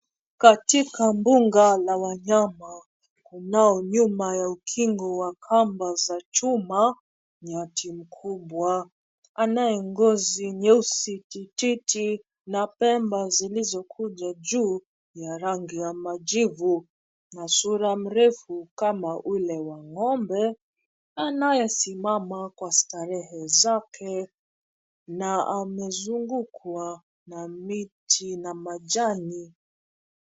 Katika mbuga la wanyama, kunao nyuma ya ukingo wa kamba za chuma, nyati mkubwa. Anaye ngozi nyeusi tititi, na pembe zilizokuja juu, ya rangi ya majivu. Na sura mrefu kama ule wa ng'ombe, anayesimama kwa starehe zake, na amezungukwa na miti na majani.